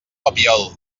papiol